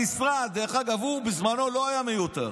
דרך אגב, בזמנו הוא לא היה מיותר.